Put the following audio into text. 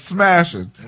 Smashing